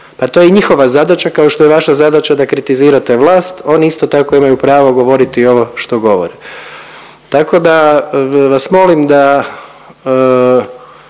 Pa to je i njihova zadaća kao što je i vaša zadaća da kritizirate vlast. Oni isto tako imaju pravo govoriti ovo što govore. Tako da vas molim da